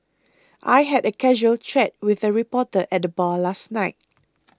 I had a casual chat with a reporter at the bar last night